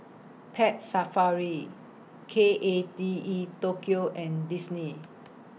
Pet Safari K A T E Tokyo and Disney